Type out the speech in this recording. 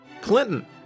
Clinton